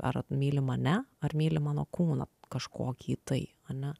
ar myli mane ar myli mano kūną kažkokį tai ane